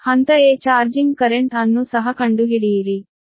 ಹಂತ a charging current ಅನ್ನು ಸಹ ಕಂಡುಹಿಡಿಯಿರಿ